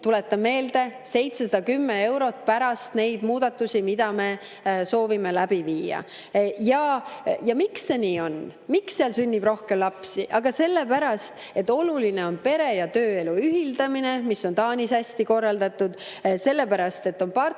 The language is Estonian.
tuletan meelde, on 710 eurot pärast neid muudatusi, mida me soovime läbi viia. Ja miks see nii on, miks seal sünnib rohkem lapsi? Aga sellepärast, et oluline on töö- ja pereelu ühildamine. See on Taanis hästi korraldatud, sellepärast et on partnerite